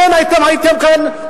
כן הייתם כאן,